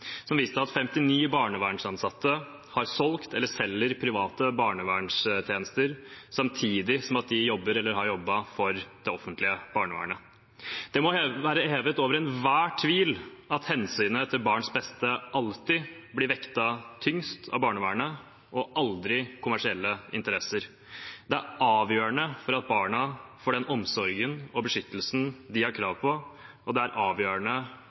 som viste at 59 barnevernsansatte har solgt eller selger private barnevernstjenester samtidig som de jobber eller har jobbet for det offentlige barnevernet. Det må være hevet over enhver tvil at hensynet til barns beste alltid blir vektet tyngst av barnevernet, og aldri kommersielle interesser. Det er avgjørende for at barna får den omsorgen og beskyttelsen de har krav på, og det er avgjørende